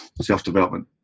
self-development